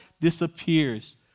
disappears